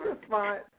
response